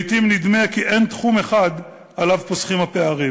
לעתים נדמה כי אין תחום אחד שהפערים פוסחים עליו.